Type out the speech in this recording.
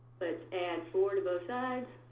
but add four to both sides,